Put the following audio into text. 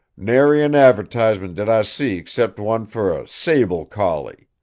nary an adv'tisement did i see excep' one fer a sable collie.